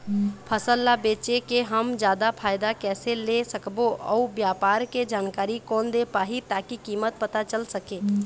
फसल ला बेचे के हम जादा फायदा कैसे ले सकबो अउ व्यापार के जानकारी कोन दे पाही ताकि कीमत पता चल सके?